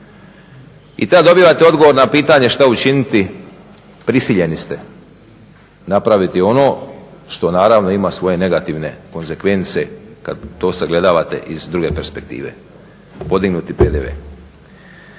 I tad dobivate odgovor na pitanje što učiniti, prisiljeni ste napraviti ono što naravno ima svoje negativne konzekvence kad to sagledavate iz druge perspektive, podignuti PDV.